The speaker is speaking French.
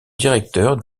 directeur